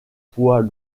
poids